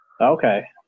Okay